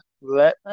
Let